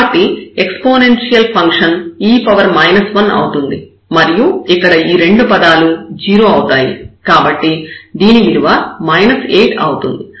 కాబట్టి exponential function e 1 అవుతుంది మరియు ఇక్కడ ఈ రెండు పదాలు 0 అవుతాయి కాబట్టి దీని విలువ 8 అవుతుంది